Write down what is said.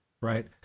right